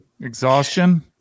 Exhaustion